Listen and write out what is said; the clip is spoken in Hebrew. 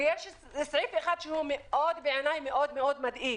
ויש סעיף אחד שהוא בעיניי מאוד מדאיג,